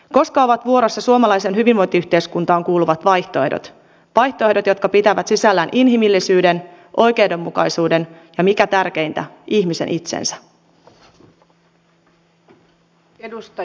koska ovat vuorossa suomalaiseen hyvinvointiyhteiskuntaan kuuluvat vaihtoehdot vaihtoehdot jotka pitävät sisällään inhimillisyyden oikeudenmukaisuuden ja mikä tärkeintä ihmisen itsensä